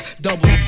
double